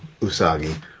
Usagi